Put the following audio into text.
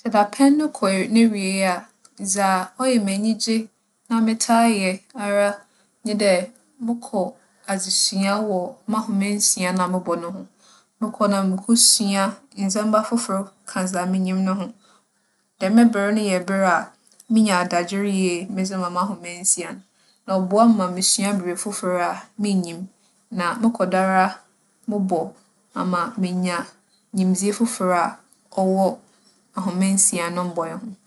Sɛ dapɛn no kͻ n'ewiei a, dza ͻyɛ me enyigye na metaa yɛ ara nye dɛ mokͻ adzesua wͻ m'ahomansia no a mobͻ no ho. Mokͻ na mukosua ndzɛmba fofor ka dza minyim no ho. Dɛm ber no yɛ ber a minya adagyer yie medze ma m'ahomansia no. Na ͻboa me ma musua biribi fofor a minnyim. Na mokͻ do ara mobͻ, ama meenya nyimdzee fofor a ͻwͻ ahomansia no mbͻe ho.